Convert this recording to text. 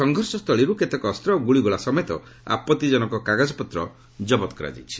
ସଂଘର୍ଷସ୍ଥଳୀରୁ କେତେକ ଅସ୍ତ ଓ ଗୁଳିଗୋଳା ସମେତ ଆପତ୍ତିଜନକ କାଗଜପତ୍ର ଜବତ କରାଯାଇଛି